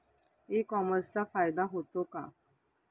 E कॉमर्सचा फायदा होतो का?